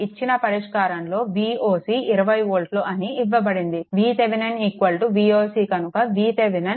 ఇచ్చిన పరిష్కారంలో Voc 20 వోల్ట్లు అని ఇవ్వబడింది VThevenin Voc కనుక VThevenin 20 వోల్ట్లు